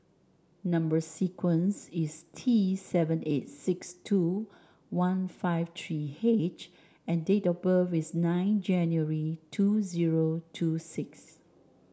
number sequence is T seven eight six two one five three H and date of birth is nine January two zero two six